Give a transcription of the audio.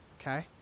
Okay